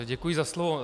Děkuji za slovo.